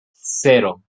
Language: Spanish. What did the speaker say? cero